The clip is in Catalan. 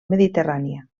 mediterrània